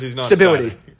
Stability